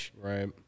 Right